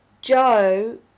joe